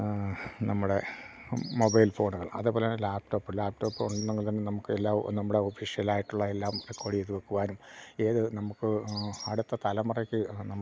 നമ്മുടെ മൊബൈൽ ഫോണുകൾ അതേപോലെ തന്നെ ലാപ്ടോപ്പ് ലാപ്ടോപ്പ് ഉണ്ടങ്കിൽ തന്നെ നമുക്ക് എല്ലാ നമ്മുടെ ഒഫീഷ്യലായിട്ടുള്ള എല്ലാം റെക്കോർഡ് ചെയ്തു വയ്ക്കുവാനും ഏത് നമുക്ക് അടുത്ത തലമുറയ്ക്ക് നമുക്ക്